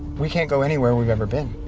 we can't go anywhere we've ever been.